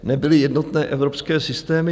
Nebyly jednotné evropské systémy.